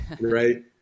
right